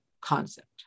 concept